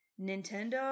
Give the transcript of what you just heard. Nintendo